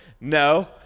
No